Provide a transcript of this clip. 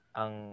ang